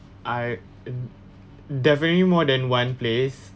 I definitely more than one place